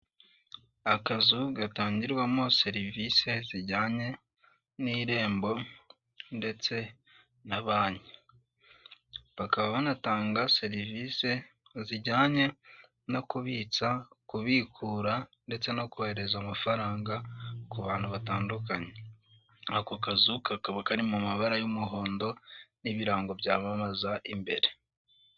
Akazu gatangirwamo serivisi zijyanye n'irembo ndetse na banki, bakaba banatanga serivisi zijyanye no kubitsa kubikura ndetse no kohereza amafaranga ku bantu batandukanye. Ako kazu kakaba kari mu mabara y'umuhondo n'ibirango byamamaza imbere.